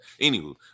anywho